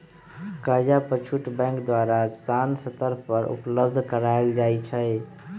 कर्जा पर छुट बैंक द्वारा असान शरत पर उपलब्ध करायल जाइ छइ